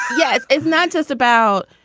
yeah. it's it's not just about